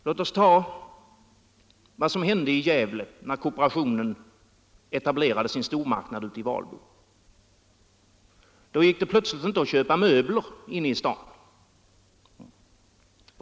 Låt oss som exempel ta vad som hände i Gävle när kooperationen etablerade sin stormarknad ute i Valbo! Då gick det plötsligt inte att köpa möbler inne i staden.